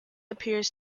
appears